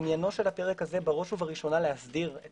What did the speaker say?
עניינו של הפרק הזה בראש ובראשונה להסדיר את